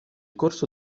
corso